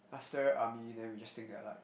after army then we just think that like